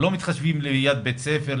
לא מתחשבים ליד בית ספר,